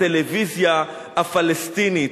הטלוויזיה הפלסטינית.